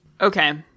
okay